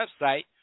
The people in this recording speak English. website